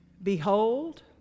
Behold